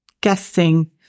guessing